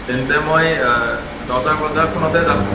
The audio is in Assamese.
তেন্তে মই নটা বজাৰখনতে যাম